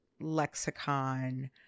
lexicon